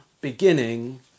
beginning